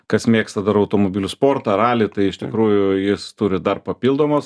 kas mėgsta dar automobilių sportą ralį tai iš tikrųjų jis turi dar papildomos